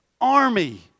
army